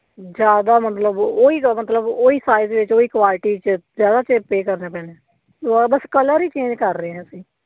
ਜ਼ਿਆਦਾ ਮਤਲਬ ਉਹ ਹੀ ਆ ਮਤਲਬ ਉਹ ਹੀ ਫਾਇਦੇ ਕੁਆਲਿਟੀ 'ਚ ਜ਼ਿਆਦਾ ਚਿਰ ਪੇ ਕਰਨਾ ਪੈਣਾ ਬਸ ਕਲਰ ਹੀ ਚੇਂਜ ਕਰ ਰਹੇ ਹਾਂ ਅਸੀਂ